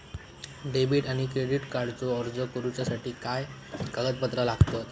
Debit आणि credit कार्डचो अर्ज करुच्यासाठी काय कागदपत्र लागतत?